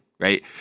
Right